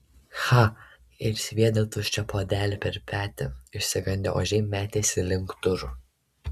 cha ir sviedė tuščią puodelį per petį išsigandę ožiai metėsi link durų